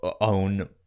own